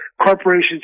Corporations